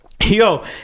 Yo